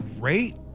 great